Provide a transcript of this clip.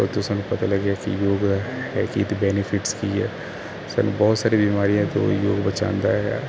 ਉਥੋਂ ਸਾਨੂੰ ਪਤਾ ਲੱਗਿਆ ਕੀ ਯੋਗ ਹੈ ਕੀ ਤੇ ਬੈਨੀਫਿਟਸ ਕੀ ਹੈ ਸਾਨੂੰ ਬਹੁਤ ਸਾਰੇ ਬਿਮਾਰੀਆਂ ਤੋਂ ਯੋਗ ਬਚਾਉਂਦਾ ਹੈ